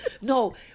no